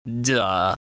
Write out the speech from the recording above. Duh